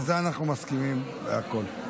בזה אנחנו מסכימים בכול.